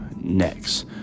Next